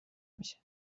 میشه